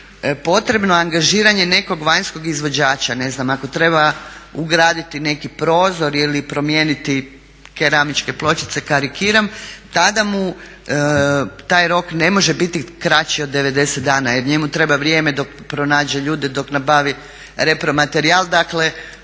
potrebno angažiranje nekog vanjskog izvođača, ne znam ako treba ugraditi neki prozor ili promijeniti keramičke pločice karikiram, tada mu taj rok ne može biti kraći od 90 dana. Jer njemu treba vrijeme dok pronađe ljude, dok nabavi repromaterijal. Dakle